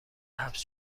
حبس